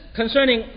concerning